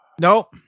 Nope